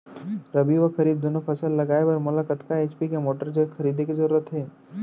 रबि व खरीफ दुनो फसल लगाए बर मोला कतना एच.पी के मोटर खरीदे के जरूरत हे?